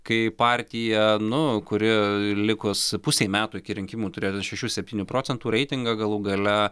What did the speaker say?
kai partija nu kuri likus pusei metų iki rinkimų turėtą šešių septynių procentų reitingą galų gale